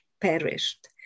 perished